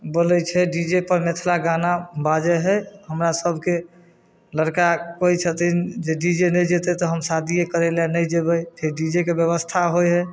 बोलै छै डीजे पर मिथिला गाना बाजै है हमरा सबके लड़का कहै छथिन जे डीजे नै जेतै तऽ हम शादिये करै लए नै जेबै फेर डीजे के व्यवस्था होइ है